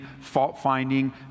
fault-finding